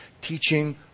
teaching